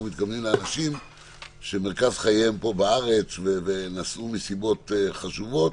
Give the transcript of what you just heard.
אנחנו מתכוונים לאנשים שמרכז חייהם הוא בישראל ונסעו מסיבות חשובות.